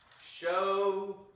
show